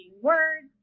words